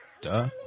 Duh